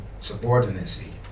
subordinacy